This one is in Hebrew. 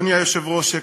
אדוני היושב-ראש,